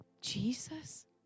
Jesus